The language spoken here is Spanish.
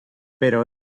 pero